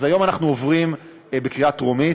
אז היום אנחנו מעבירים בקריאה טרומית.